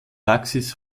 taxis